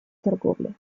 торговли